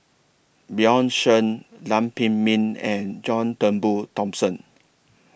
Bjorn Shen Lam Pin Min and John Turnbull Thomson